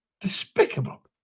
Despicable